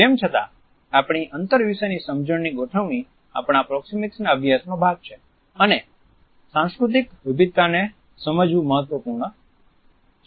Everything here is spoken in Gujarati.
તેમ છતાં આપણી અંતર વિશેની સમજણની ગોઠવણી આપણા પ્રોક્સિમીક્સના અભ્યાસનો ભાગ છે અને સાંસ્કૃતિક વિવિધતાને સમજવું મહત્વપૂર્ણ છે